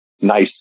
nice